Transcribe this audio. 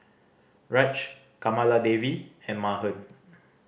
Raj Kamaladevi and Mahan